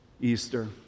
Easter